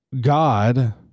God